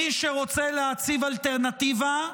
מי שרוצה להציב אלטרנטיבה,